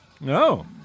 No